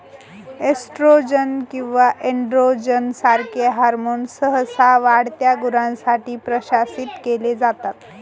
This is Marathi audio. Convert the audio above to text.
एस्ट्रोजन किंवा एनड्रोजन सारखे हॉर्मोन्स सहसा वाढत्या गुरांसाठी प्रशासित केले जातात